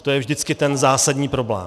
To je vždycky ten zásadní problém.